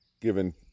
given